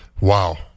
Wow